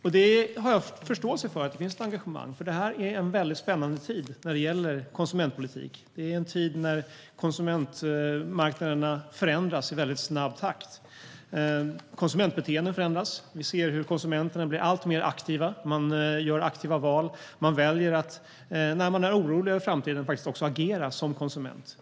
Jag har också förståelse för att det finns ett engagemang, för detta är en väldigt spännande tid när det gäller konsumentpolitik. Det är en tid när konsumentmarknaderna förändras i snabb takt och konsumentbeteenden förändras. Vi ser hur konsumenterna blir alltmer aktiva; de gör aktiva val, och när de är oroliga över framtiden väljer de att faktiskt agera som konsumenter.